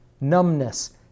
numbness